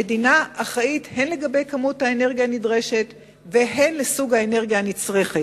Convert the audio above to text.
המדינה אחראית הן לכמות האנרגיה הנדרשת והן לסוג האנרגיה הנצרכת.